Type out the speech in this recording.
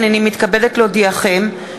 הנני מתכבדת להודיעכם,